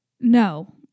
no